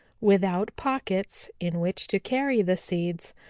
without pockets in which to carry the seeds,